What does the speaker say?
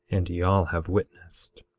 and ye all have witnessed.